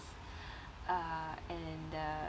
uh and uh